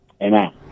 amen